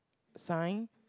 sign